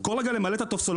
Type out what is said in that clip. כל רגע למלא את הטופסולוגיה,